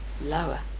lower